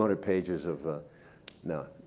sort of pages of no,